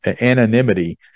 anonymity